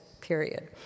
period